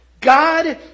God